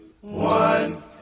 one